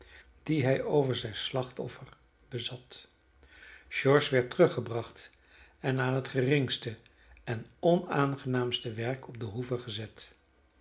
die hij over zijn slachtoffer bezat george werd teruggebracht en aan het geringste en onaangenaamste werk op de hoeve gezet